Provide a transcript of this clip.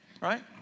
Right